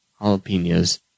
jalapenos